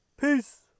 peace